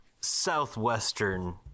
southwestern